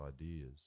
ideas